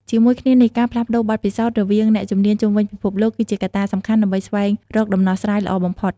ជាមួយគ្នានេះ ការផ្លាស់ប្ដូរបទពិសោធន៍រវាងអ្នកជំនាញជុំវិញពិភពលោក គឺជាកត្តាសំខាន់ដើម្បីស្វែងរកដំណោះស្រាយល្អបំផុត។